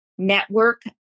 network